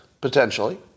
potentially